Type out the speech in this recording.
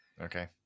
Okay